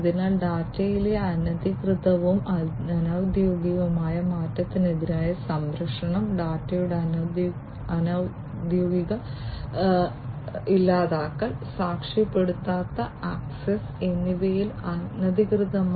അതിനാൽ ഡാറ്റയിലെ അനധികൃതവും അനൌദ്യോഗികവുമായ മാറ്റത്തിനെതിരായ സംരക്ഷണം ഡാറ്റയുടെ അനൌദ്യോഗിക ഇല്ലാതാക്കൽ സാക്ഷ്യപ്പെടുത്താത്ത ആക്സസ് എന്നിവയിൽ അനധികൃതമായി